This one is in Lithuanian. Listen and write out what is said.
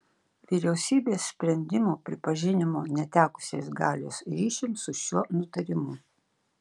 vyriausybės sprendimų pripažinimo netekusiais galios ryšium su šiuo nutarimu